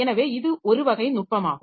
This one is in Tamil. எனவே இது ஒருவகை நுட்பமாகும்